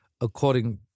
according